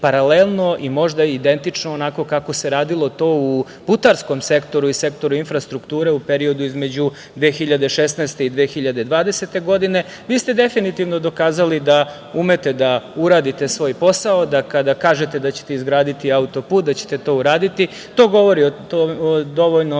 i možda identično onako kako se radilo to u putarskom sektoru i sektoru infrastrukture u periodu između 2016. i 2020. godine. Vi ste definitivno dokazali da umete da uradite svoj posao, da kada kažete da ćete izgraditi auto-put, da ćete to uraditi. O tome govori dovoljno